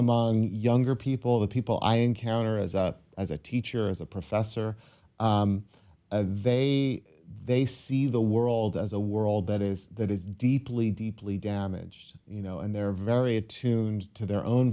among younger people the people i encounter as a as a teacher as a professor they they see the world as a world that is that is deeply deeply damaged you know and they're very attuned to their own